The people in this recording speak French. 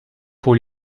pour